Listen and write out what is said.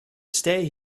stay